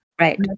Right